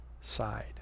side